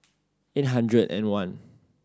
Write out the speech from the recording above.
eight hundred and one